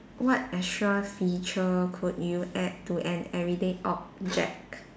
what extra feature could you add to an everyday object